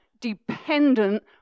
dependent